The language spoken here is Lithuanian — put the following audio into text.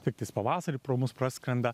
tiktais pavasarį pro mus praskrenda